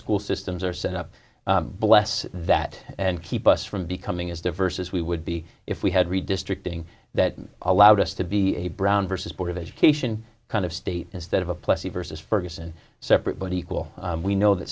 school systems are set up bless that and keep us from becoming as diverse as we would be if we had redistricting that allowed us to be a brown versus board of education kind of state instead of a plessy versus ferguson separate but equal we know that